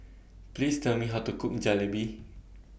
Please Tell Me How to Cook Jalebi